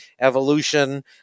evolution